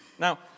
Now